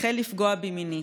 החל לפגוע בי מינית.